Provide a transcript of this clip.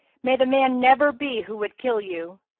may the man never be who would kill you!